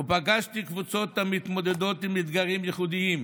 ופגשתי קבוצות המתמודדות עם אתגרים ייחודיים,